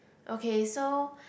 okay so